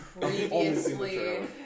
previously